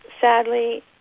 sadly